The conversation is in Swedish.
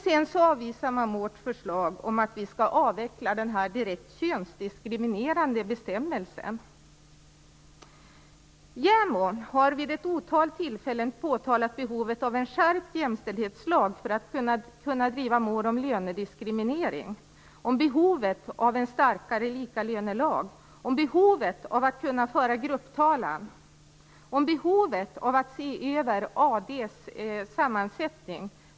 Sedan avvisar utskottet vårt förslag om att man skall avveckla denna direkt könsdiskriminerande bestämmelse. JämO har vid ett otal tillfällen påtalat behovet av en skärpt jämställdhetslag för att kunna driva mål om lönediskriminering, behovet av starkare likalönelag, behovet av att kunna föra grupptalan och behovet av att kunna se över AD:s sammansättning.